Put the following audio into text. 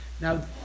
now